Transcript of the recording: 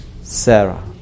Sarah